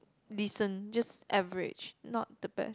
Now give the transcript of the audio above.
decent just average not the best